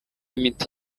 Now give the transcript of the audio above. imiti